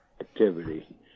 activity